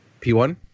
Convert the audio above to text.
P1